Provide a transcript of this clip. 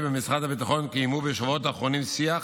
במשרד הביטחון קיימו בשבועות האחרונים שיח